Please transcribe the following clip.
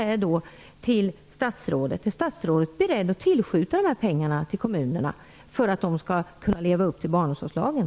Är statsrådet beredd att tillskjuta dessa pengar till kommunerna för att de skall kunna leva upp till barnomsorgslagen?